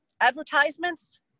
advertisements